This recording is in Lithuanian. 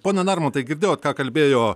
pone narmontai girdėjot ką kalbėjo